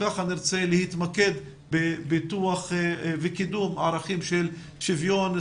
נרצה להתמקד בפיתוח וקידום ערכים של שוויון,